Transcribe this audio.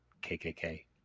KKK